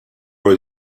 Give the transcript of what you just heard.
were